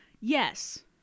Yes